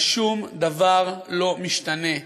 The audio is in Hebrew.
ושום דבר לא משתנה.